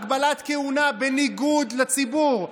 הגבלת כהונה, בניגוד לציבור.